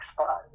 spot